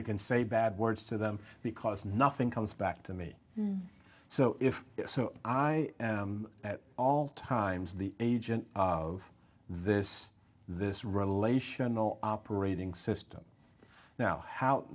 you can say bad words to them because nothing comes back to me and so if so i at all times the agent of this this relational operating system now how